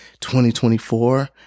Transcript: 2024